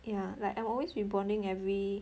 ya like I'm always rebonding every